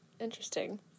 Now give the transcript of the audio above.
Interesting